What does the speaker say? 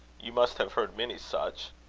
you must have heard many such?